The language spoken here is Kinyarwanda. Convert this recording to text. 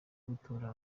gutora